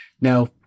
Now